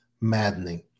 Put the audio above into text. maddening